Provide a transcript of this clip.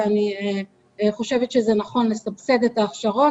ואני חושבת שזה נכון לסבסד את ההכשרות,